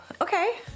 okay